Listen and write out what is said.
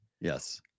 Yes